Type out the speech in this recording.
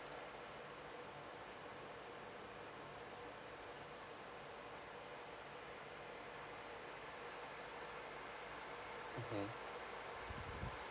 mmhmm